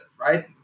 right